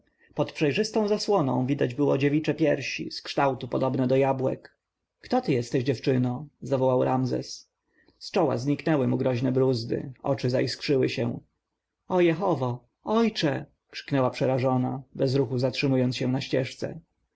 pod przejrzystą zasłoną widać było dziewicze piersi z kształtu podobne do jabłek kto ty jesteś dziewczyno zawołał ramzes z czoła zniknęły mu groźne brózdy oczy zaiskrzyły się o jehowo ojcze krzyknęła przerażona bez ruchu zatrzymując się na ścieżce